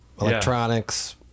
electronics